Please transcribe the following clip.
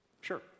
Sure